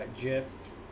gifs